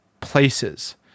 places